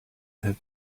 had